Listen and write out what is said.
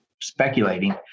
speculating